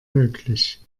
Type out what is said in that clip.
möglich